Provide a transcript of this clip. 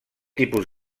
tipus